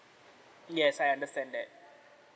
yes I understand that